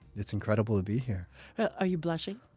it's incredible to be here are you blushing?